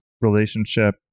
relationship